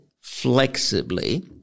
flexibly